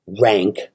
rank